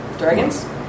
Dragons